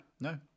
no